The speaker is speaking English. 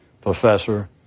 professor